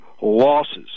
losses